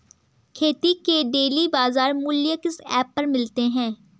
खेती के डेली बाज़ार मूल्य किस ऐप पर मिलते हैं?